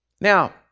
Now